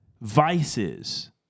vices